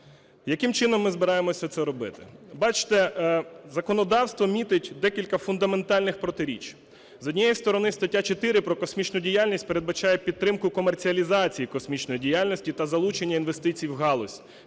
Яким чином ми збираємося це робити? Бачите, законодавство містить декілька фундаментальних протиріч. З однієї сторони, стаття 4 про космічну діяльність передбачає підтримку комерціалізації космічної діяльності та залучення інвестицій в галузь,